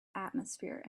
atmosphere